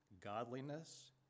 godliness